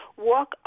walk